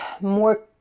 more